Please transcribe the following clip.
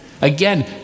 Again